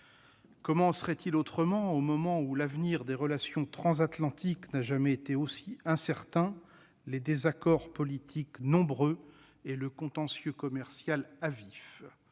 Comment pourrait-il en être autrement ? Au moment où l'avenir des relations transatlantiques n'a jamais été aussi incertain, les désaccords politiques nombreux et le contentieux commercial à vif,